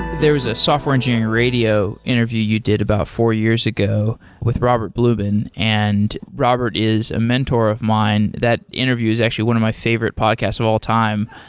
there is a software engineering radio interview you did about four years ago with robert blumen, and robert is a mentor of mine. that interview is actually one of my favorite podcasts of all time.